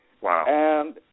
Wow